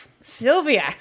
sylvia